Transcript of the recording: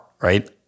right